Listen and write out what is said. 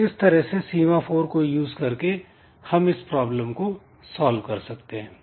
तो इस तरह से सीमाफोर को यूज करके हम इस प्रॉब्लम को सॉल्व कर सकते हैं